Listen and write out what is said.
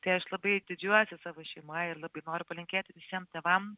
tai aš labai didžiuojuosi savo šeima ir labai noriu palinkėti visiem tėvam